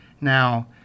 Now